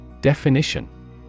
Definition